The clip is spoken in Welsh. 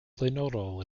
flaenorol